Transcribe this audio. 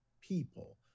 people